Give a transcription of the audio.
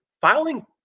filing